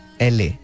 LA